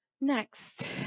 Next